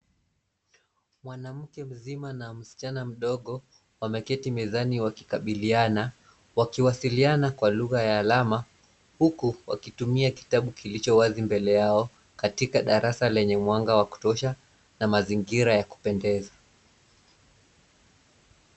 Mwanamke mzima na msichana mdogo wameketi mezani wakikabiliana, wakiwasiliana kwa lugha ya alama huku wakitumia kitabu kilicho wazi mbele yao, katika darasa lenye mwanga wa kutosha na mazingira ya kupendeza.